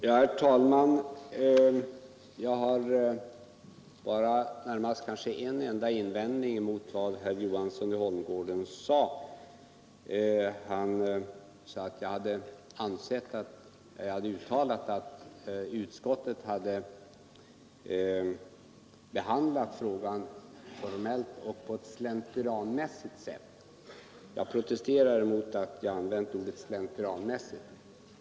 Herr talman! Jag har bara en enda invändning mot vad herr Johansson i Holmgården sade. Han nämnde att jag hade uttalat att utskottet behandlat frågan formellt och på ett slentrianmässigt sätt. Jag protesterar mot påståendet att jag skulle ha använt ordet slentrianmässigt.